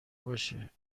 باشه